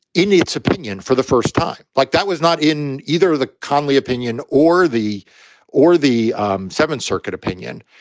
in its opinion, for the first time like that was not in either the connely opinion or the or the um seventh circuit opinion.